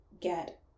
get